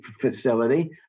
facility